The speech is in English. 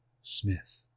Smith